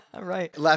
Right